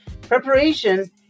preparation